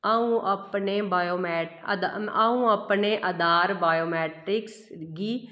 अ'ऊं अपने बायोमै अ'ऊं अपने अधार बायोमैट्रिक्स गी